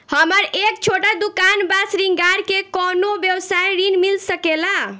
हमर एक छोटा दुकान बा श्रृंगार के कौनो व्यवसाय ऋण मिल सके ला?